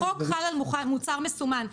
החוק חל על מוצר מסומן.